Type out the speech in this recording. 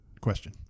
question